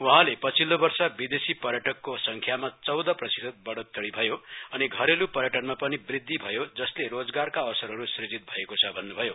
वहाँले पहिल्लो वर्ष विदेशी पर्यटनको संख्यामा चौदह प्रतिशत बढ़ोत्तरी भयो अनि घरेल् पर्यटनमा पनि वृध्दि भयो जसको रोजगारका अवसरहरू सूजित भएको छ भन्न्भयो